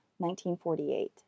1948